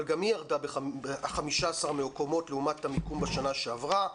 אבל גם היא ירדה ב-15 מקומות לעומת המיקום בשנה שעברה.